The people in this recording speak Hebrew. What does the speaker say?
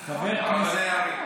רבני הערים.